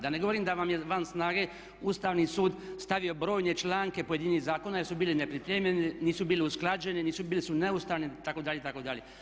Da ne govorim da vam je van snage Ustavni sud stavio brojne članke pojedinih zakona jer su bili nepripremljeni, nisu bili usklađeni, bili su neustavni itd., itd.